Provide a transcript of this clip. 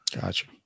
Gotcha